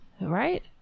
Right